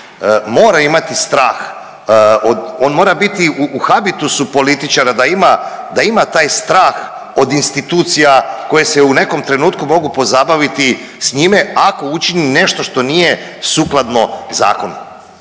mora imati strah od, on mora biti u habitusu političara da ima, da ima taj strah od institucija koje se u nekom trenutku mogu pozabaviti s njime ako učini nešto što nije sukladno zakonu